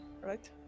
right